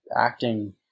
acting